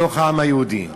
מתוך העם היהודי,